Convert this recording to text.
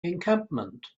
encampment